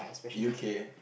U K